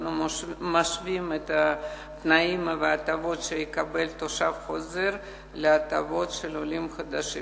אנחנו משווים את התנאים וההטבות שיקבל תושב חוזר להטבות של עולים חדשים,